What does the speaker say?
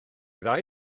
ddau